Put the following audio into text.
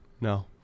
no